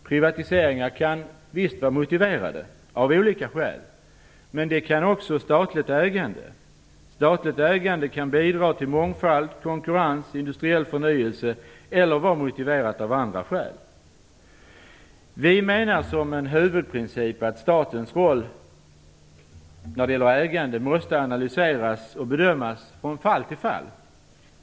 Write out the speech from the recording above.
Privatiseringar kan visst vara motiverade, av olika skäl, men det kan också statligt ägande vara. Statligt ägande kan bidra till mångfald, konkurrens och industriell förnyelse eller vara motiverat av andra skäl. Vi menar som en huvudprincip att statens roll när det gäller ägande måste analyseras och bedömas från fall till fall.